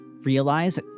realize